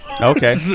Okay